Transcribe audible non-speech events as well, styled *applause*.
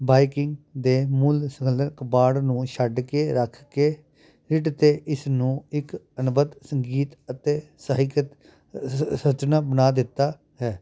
biking ਦੇ ਮੂਲ *unintelligible* ਕਬਾੜ ਨੂੰ ਛੱਡ ਕੇ ਰੱਖ ਕੇ *unintelligible* ਅਤੇ ਇਸ ਨੂੰ ਇੱਕ ਅਣਬਤ ਸੰਗੀਤ ਅਤੇ ਸਹਾਇਕ ਸੰਰਚਨਾ ਬਣਾ ਦਿੱਤਾ ਹੈ